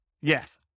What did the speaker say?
Yes